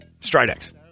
Stridex